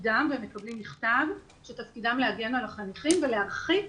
הם מקבלים מכתב שתפקידם להגן על החניכים ולהרחיק